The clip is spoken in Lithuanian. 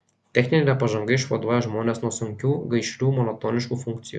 techninė pažanga išvaduoja žmones nuo sunkių gaišlių monotoniškų funkcijų